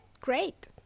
Great